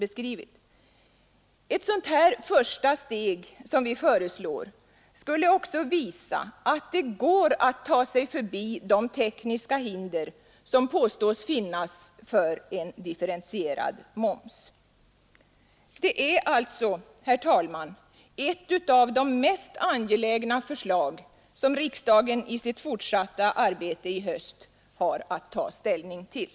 Ett sådant här första steg som vi föreslår skulle också visa att det går att ta sig förbi de tekniska hinder som påstås finnas för en differentierad moms. Det är alltså, herr talman, ett av de mest angelägna förslag som riksdagen i sitt fortsatta arbete i höst har att ta ställning till.